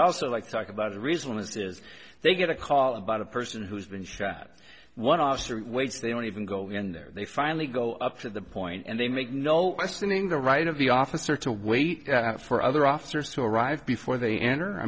also like to talk about the reason this is they get a call about a person who's been shot one officer wage they don't even go in there they finally go up to the point and they make no questioning the right of the officer to wait for other officers to arrive before they enter i